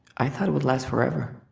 i thought it would last forever.